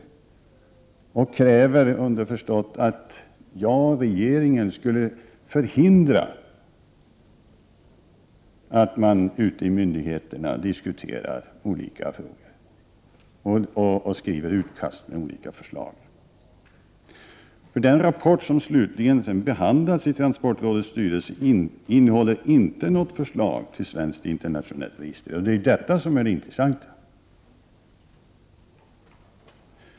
Hon kräver, underförstått, att jag och regeringen skulle förhindra att man ute i myndigheterna alls diskuterar olika frågor och skriver utkast med olika förslag. Den rapport som slutligen behandlades i transportrådets styrelse innehåller nämligen inte något förslag till svenskt internationellt register; det är ju detta som är det intressanta!